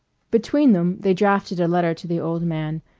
between them they drafted a letter to the old man,